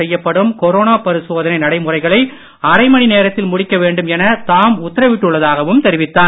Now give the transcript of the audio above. செய்யப்படும் கொரோனா பரிசோதனை நடைமுறைகளை அரைமணி நேரத்தில் முடிக்க வேண்டும் என தாம் உத்தரவிட்டுள்ளதாகவும் தெரிவித்தார்